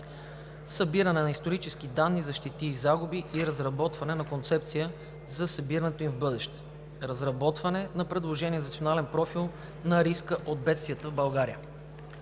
събиране на исторически данни за щети и загуби и разработване на концепция за събирането им в бъдеще, разработване на предложение за Национален профил на риска от бедствия в България